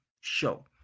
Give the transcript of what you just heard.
show